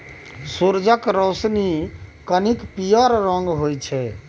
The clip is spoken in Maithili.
सुरजक रोशनी कनिक पीयर रंगक होइ छै